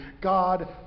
God